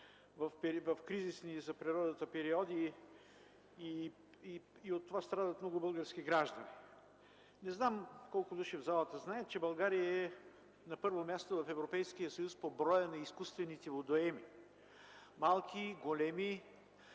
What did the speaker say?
в кризисни за природата периоди и от това страдат много български граждани. Не знам колко души в залата знаят, че България е на първо място в Европейския съюз по броя на изкуствените водоеми – малки и големи,